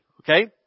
okay